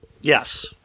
Yes